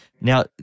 Now